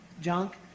junk